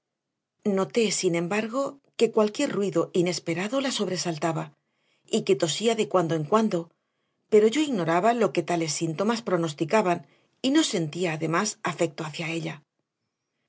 noté sin embargo que cualquier ruido inesperado la sobresaltaba y que tosía de cuando en cuando pero yo ignoraba lo que tales síntomas pronosticaban y no sentía además afecto hacia ella